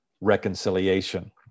reconciliation